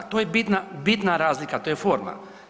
To je bitna razlika, to je forma.